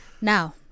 now